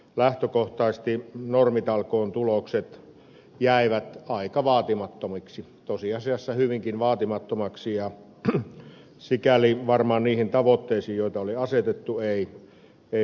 lähtökohtaisesti normitalkoiden tulokset jäivät aika vaatimattomiksi tosiasiassa hyvinkin vaatimattomiksi ja sikäli varmaan niihin tavoitteisiin joita oli asetettu ei valitettavasti päästy